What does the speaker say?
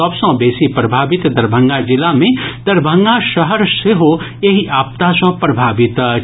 सभ सॅ बेसी प्रभावित दरभंगा जिला मे दरभंगा शहर सेहो एहि आपदा सॅ प्रभावित अछि